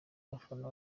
bafana